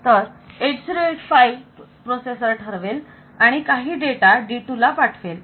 तर 8085 प्रोसेसर ठरवेल आणि काही डेटा D2 ला पाठवेल